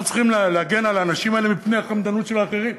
אנחנו צריכים להגן על האנשים האלה מפני החמדנות של האחרים.